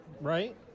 right